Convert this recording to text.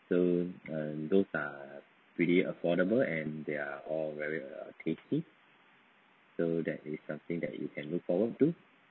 so uh those are pretty affordable and they're all very tasty so that is something that you can look forward to